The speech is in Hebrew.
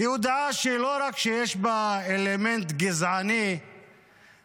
היא הודעה שלא רק שיש בה אלמנט גזעני ואלמנט